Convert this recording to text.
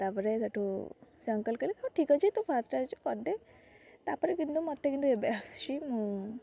ତାପରେ ସେଠୁ ସେ ଅଙ୍କଲ୍ କହିଲେ ହଉ ଠିକ୍ ଅଛି ତୁ ଫାର୍ଷ୍ଟ ଆସିଛୁ ତୁ କରିଦେ ତା'ପରେ କିନ୍ତୁ ମୋତେ କିନ୍ତୁ ଏବେ ଆସୁଛି ମୁଁ